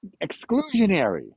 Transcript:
exclusionary